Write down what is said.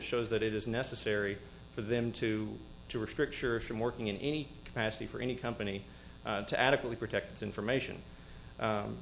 shows that it is necessary for them to to restrict church from working in any capacity for any company to adequately protect information